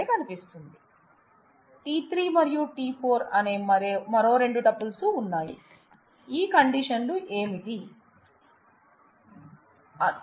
t3 మరియు t4 అనే మరో రెండు టూపుల్స్ ఉన్నాయి ఈ కండిషన్ లు ఏమిటి